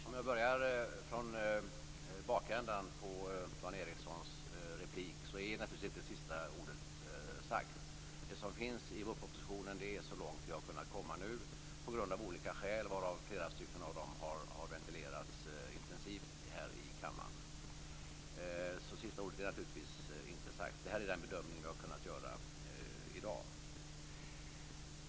Fru talman! För att börja med slutet på Dan Ericssons replik är naturligtvis inte sista ordet sagt. Det som finns i vårpropositionen visar hur långt vi har kunnat komma nu av olika skäl, varav flera har ventilerats intensivt här i kammaren. Så sista ordet är naturligtvis inte sagt. Detta är den bedömning som vi har kunnat göra i dag.